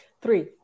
Three